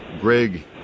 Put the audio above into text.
Greg